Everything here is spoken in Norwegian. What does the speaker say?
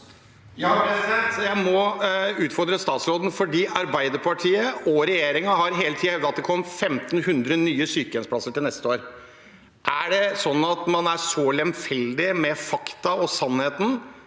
Jeg må utfordre statsråden. Arbeiderpartiet og regjeringen har hele tiden hevdet at det kommer 1 500 nye sykehjemsplasser til neste år. Er det sånn at man er så lemfeldig med fakta og sannheten